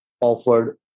offered